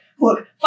Look